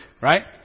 right